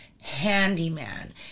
handyman